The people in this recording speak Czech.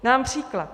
Dám příklad.